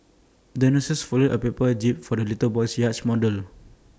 the nurse folded A paper jib for the little boy's yacht model